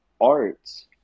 arts